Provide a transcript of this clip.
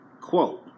quote